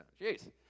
Jeez